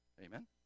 Amen